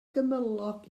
gymylog